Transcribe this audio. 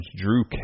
Drew